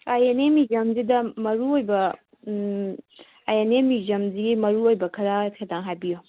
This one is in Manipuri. ꯑꯥꯏ ꯑꯦꯟ ꯑꯦ ꯃ꯭ꯌꯨꯖꯤꯌꯝꯁꯤꯗ ꯃꯔꯨꯑꯣꯏꯕ ꯑꯥꯏ ꯑꯦꯟ ꯑꯦ ꯃ꯭ꯌꯨꯖꯤꯌꯝꯖꯤꯒꯤ ꯃꯔꯨꯑꯣꯏꯕ ꯈ꯭ꯔ ꯈꯤꯇꯪ ꯍꯥꯏꯕꯤꯌꯣ